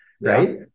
right